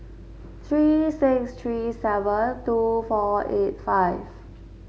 three six three seven two four eight five